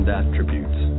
attributes